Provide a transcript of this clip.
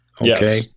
okay